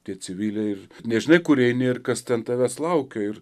tie civiliai ir nežinai kur eini ir kas ten tavęs laukia ir